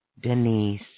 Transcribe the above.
Denise